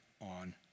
on